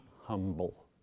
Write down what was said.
humble